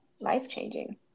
life-changing